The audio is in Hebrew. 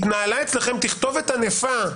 התנהלה אצלכם תכתובת ענפה,